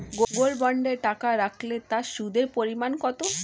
Gold বন্ডে টাকা রাখলে তা সুদের পরিমাণ কত?